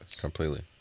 Completely